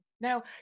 Now